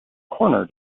corner